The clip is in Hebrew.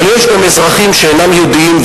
אבל יש גם אזרחים שאינם יהודים,